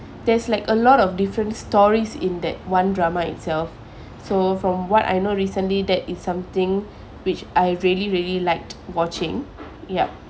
there's like a lot of different stories in that one drama itself so from what I know recently that is something which I really really liked watching yup